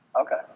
Okay